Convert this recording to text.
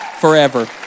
forever